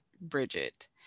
Bridget